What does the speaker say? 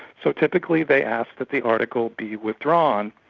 so typically they ask that the article be withdrawn.